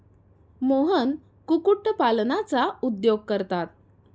मोहन कुक्कुटपालनाचा उद्योग करतात